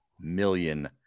million